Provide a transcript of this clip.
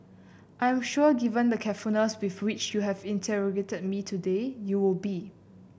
I am sure given the carefulness with which you have interrogated me today you will be